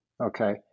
okay